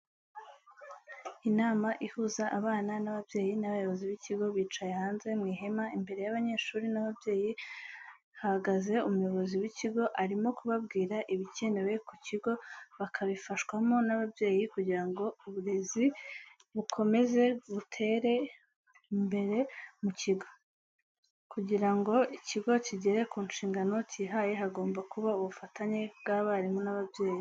Inama ihuza abana nababyeyi nabayobozi bikigo bicaye hanze mwihema imbere yabanyeshuri nababyeyi hagaze umuyobozi wikigo arimo kubabwira ibicyenewe kukigo bakabifashwamo nababyeyi kugirango uburezi bukomeze butere imbere mukigo. kugirango ikigo kigere kunshingano kihaye hagomba kuba ubufatanye bwabarimu nababyeyi.